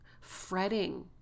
fretting